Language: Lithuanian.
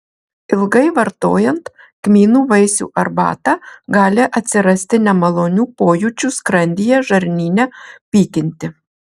ilgai vartojant kmynų vaisių arbatą gali atsirasti nemalonių pojūčių skrandyje žarnyne pykinti